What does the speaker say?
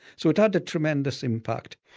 so it had a tremendous impact.